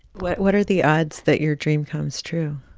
what what are the odds that your dream comes true?